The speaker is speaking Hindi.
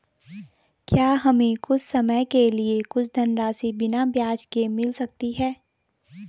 क्या हमें कुछ समय के लिए कुछ धनराशि बिना ब्याज के मिल सकती है?